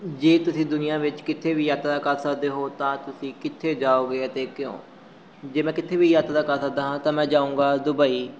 ਜੇ ਤੁਸੀਂ ਦੁਨੀਆਂ ਵਿੱਚ ਕਿੱਥੇ ਵੀ ਯਾਤਰਾ ਕਰ ਸਕਦੇ ਹੋ ਤਾਂ ਤੁਸੀਂ ਕਿੱਥੇ ਜਾਓਗੇ ਅਤੇ ਕਿਉਂ ਜੇ ਮੈਂ ਕਿੱਥੇ ਵੀ ਯਾਤਰਾ ਕਰ ਸਕਦਾ ਹਾਂ ਤਾਂ ਮੈਂ ਜਾਊਂਗਾ ਦੁਬਈ